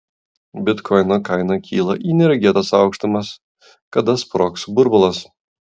bitkoino kaina kyla į neregėtas aukštumas kada sprogs burbulas